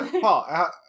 Paul